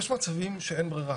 יש מצבים שאין ברירה.